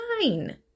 Nine